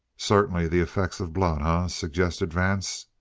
certainly the effect of blood, ah? suggested vance.